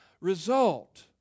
result